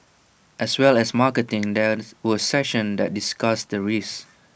as well as marketing there were sessions that discussed the risks